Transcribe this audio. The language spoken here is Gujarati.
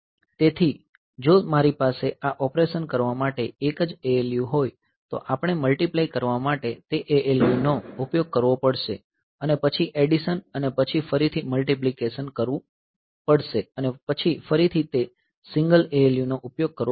તેથી જો મારી પાસે આ ઑપરેશન કરવા માટે એક જ ALU હોય તો આપણે મલ્ટીપ્લાય કરવા માટે તે ALU નો ઉપયોગ કરવો પડશે અને પછી એડિશન અને પછી ફરીથી મલ્ટીપ્લિકેશન કરવો પડશે અને ફરીથી તે સિંગલ ALU નો ઉપયોગ કરવો પડશે